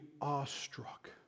awestruck